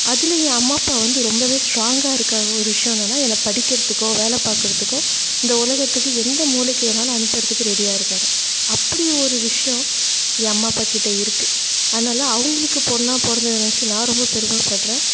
அதில் என் அம்மா அப்பா வந்து ரொம்பவே ஸ்ட்ராங்காக இருக்கிற ஒரு விஷயம் என்னென்னால் என்ன படிக்கிறத்துகோ வேலை பார்க்கறத்துக்கோ இந்த உலகத்துக்கு எந்த மூலைக்கு வேணாலும் அனுப்புகிறத்துக்கு ரெடியாக இருக்காங்க அப்படி ஒரு விஷயம் என் அம்மா அப்பாக்கிட்ட இருக்குது அதனால் தான் அவங்களுக்கு பொண்ணாக பிறந்தத நெனைச்சி நான் ரொம்ப பெருமைபட்றேன்